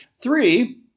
Three